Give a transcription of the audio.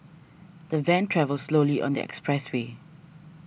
the van travelled slowly on the expressway